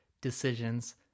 Decisions